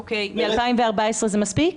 מ-2014 זה מספיק?